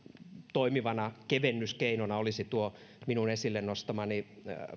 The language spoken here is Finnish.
toimivana kevennyskeinona olisi tuo minun esille nostamani